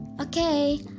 okay